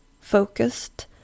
Focused